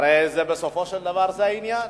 הרי בסופו של דבר זה העניין,